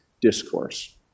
Discourse